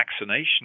vaccination